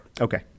Okay